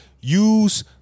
Use